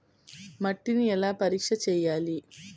మట్టిని ఎలా పరీక్ష చేయాలి?